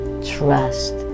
Trust